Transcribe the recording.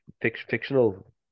fictional